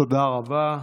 תודה רבה.